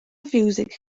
fiwsig